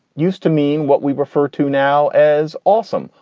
used to mean what we refer to now as awesome.